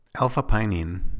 Alpha-pinene